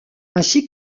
ainsi